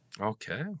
Okay